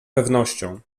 pewnością